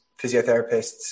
physiotherapists